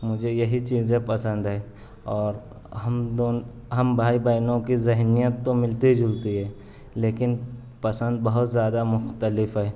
مجھے یہی چیزیں پسند ہیں اور ہم ہم بھائی بہنوں کی ذہنیت تو مِلتی جُلتی ہے لیکن پسند بہت زیادہ مختلف ہے